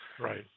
Right